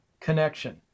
connection